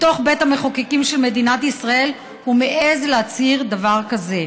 בתוך בית המחוקקים של מדינת ישראל הוא מעז להצהיר דבר כזה.